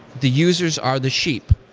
the users are the sheep.